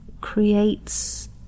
creates